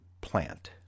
plant